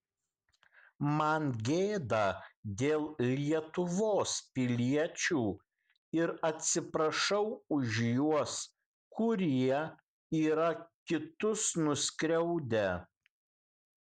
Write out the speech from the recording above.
man gėda dėl lietuvos piliečių ir atsiprašau už juos kurie yra kitus nuskriaudę